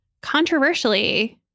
controversially